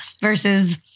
versus